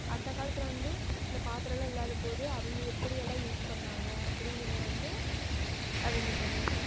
அந்த காலத்தில் வந்து இந்த பாத்திரம்லாம் இல்லாத போது அவய்ங்க எப்படி எல்லாம் யூஸ் பண்ணாங்க அப்படிங்குறத வந்து அவய்ங்க பண்ணியிருக்காங்க